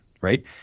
right